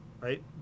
right